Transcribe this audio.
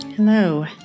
Hello